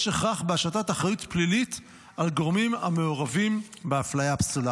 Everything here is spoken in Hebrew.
יש הכרח בהשתת אחריות פלילית על גורמים המעורבים באפליה הפסולה.